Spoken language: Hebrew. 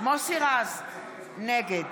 מוסי רז, נגד